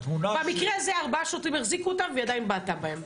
במקרה הזה ארבעה שוטרים החזיקו אותה והיא עדיין בעטה בהם.